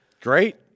Great